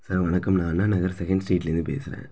sir வணக்கம் நான் Anna Nagar second ஸ்ட்ரீட்லேருந்து பேசுகிறேன்